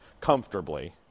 comfortably